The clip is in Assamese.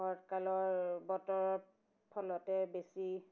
শৰৎ কালৰ বতৰৰ ফলতে বেছি